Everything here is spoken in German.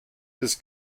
das